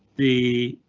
the.